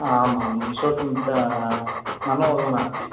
आमाम् श्रोतुं मनो नास्ति